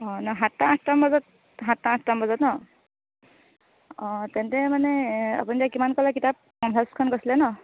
অঁ ন সাতটা আঠটামান বজাত সাতটা আঠটামান বজাত ন অঁ তেন্তে মানে আপুনি এতিয়া কিমান ক'লে কিতাপ পঞ্চাছখন কৈছিলে ন